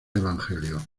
evangelio